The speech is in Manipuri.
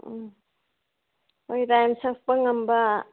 ꯎꯝ ꯍꯣꯏ ꯔꯥꯏꯝꯁ ꯁꯛꯄ ꯉꯝꯕ